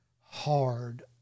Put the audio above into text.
hard